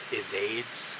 evades